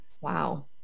Wow